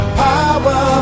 power